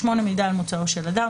(8)מידע על מוצאו של אדם,